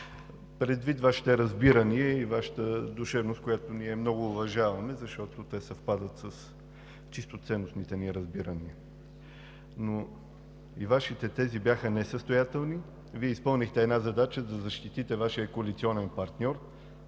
предвид Вашите разбирания и Вашата душевност, която ние много уважаваме, защото те съвпадат с чисто ценностните ни разбирания, но и Вашите тези бяха несъстоятелни. Вие изпълнихте една задача – да защитите Вашия коалиционен партньор,